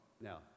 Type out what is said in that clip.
Now